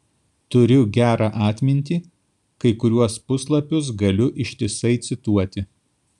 turiu gerą atmintį kai kuriuos puslapius galiu ištisai cituoti